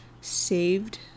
saved